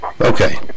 Okay